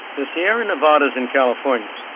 the sierra nevadas in california,